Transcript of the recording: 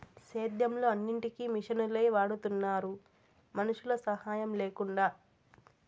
సేద్యంలో అన్నిటికీ మిషనులే వాడుతున్నారు మనుషుల సాహాయం లేకుండా